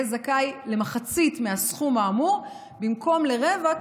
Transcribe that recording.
יהיה זכאי למחצית מהסכום האמור במקום לרבע,